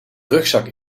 rugzak